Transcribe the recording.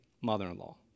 mother-in-law